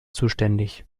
zuständig